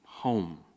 home